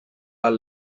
are